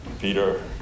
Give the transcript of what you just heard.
Peter